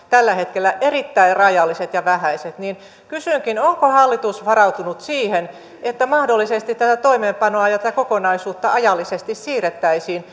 tällä hetkellä erittäin rajalliset ja vähäiset niin kysynkin onko hallitus varautunut siihen että mahdollisesti tätä toimeenpanoa ja ja tätä kokonaisuutta ajallisesti siirrettäisiin